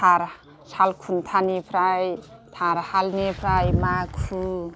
थार सालखुन्थानिफ्राय थार हालनिफ्राय माखु